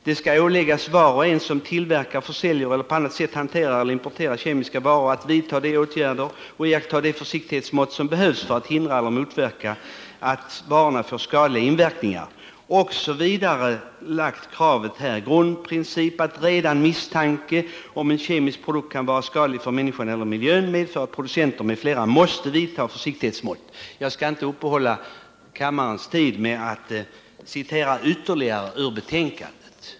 Det ”åläggs var och en som tillverkar, försäljer eller på annat sätt hanterar eller importerar kemiska varor att vidta de åtgärder och iaktta de försiktighetsmått som behövs för att hindra eller motverka att varorna får skadliga verkningar”. Vidare heter det: ”En grundprincip är att redan misstanke om att en kemisk produkt kan vara skadlig för människan eller miljön medför att producenter m.fl. måste vidta försiktighetsmått ——=.” Jag skall inte ta kammarens tid i anspråk med att citera ytterligare ur betänkandet.